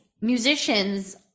musicians